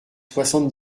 soixante